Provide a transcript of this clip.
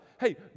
Hey